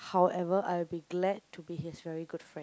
however I'll be glad to be his very good friend